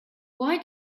why